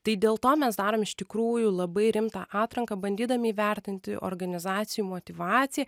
tai dėl to mes darom iš tikrųjų labai rimtą atranką bandydami įvertinti organizacijų motyvaciją